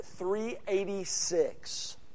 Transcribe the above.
386